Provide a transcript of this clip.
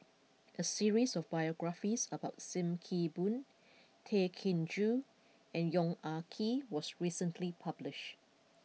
a series of biographies about Sim Kee Boon Tay Chin Joo and Yong Ah Kee was recently published